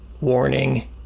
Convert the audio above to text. warning